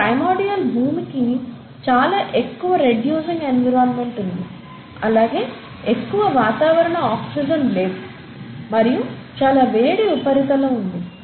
ఈ ప్రిమోర్డిల్ భూమి కి చాలా ఎక్కువ రెడ్యూసింగ్ ఎన్విరాన్మెంట్ ఉంది అలాగే ఎక్కువ వాతావరణ ఆక్సిజన్ లేదు మరియు చాలా వేడి ఉపరితలం ఉంది